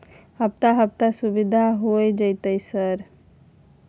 हफ्ता हफ्ता सुविधा होय जयते सर?